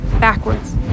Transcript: backwards